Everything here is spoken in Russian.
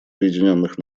объединенных